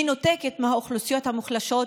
מטיל על שר האוצר ושולח אותו לביצוע.